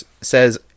says